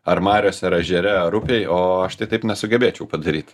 ar mariose ar ežere ar upėj o aš tai taip nesugebėčiau padaryt